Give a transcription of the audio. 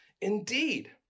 Indeed